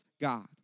God